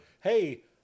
hey